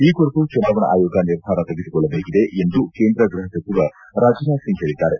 ಈ ಕುರಿತು ಜುನಾವಣಾ ಆಯೋಗ ನಿರ್ಧಾರ ತೆಗೆದುಕೊಳ್ಳಬೇಕಿದೆ ಎಂದು ಕೇಂದ್ರ ಗೃಪ ಸಚಿವ ರಾಜ್ನಾಥ್ ಸಿಂಗ್ ಹೇಳಿದ್ದಾರೆ